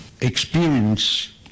Experience